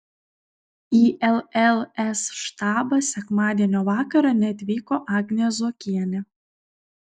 į lls štabą sekmadienio vakarą neatvyko agnė zuokienė